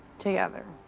together.